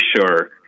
sure